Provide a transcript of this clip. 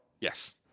Yes